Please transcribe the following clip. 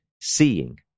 seeing